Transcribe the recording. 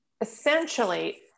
essentially